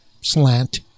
slant